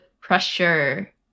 pressure